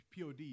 pod